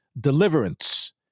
deliverance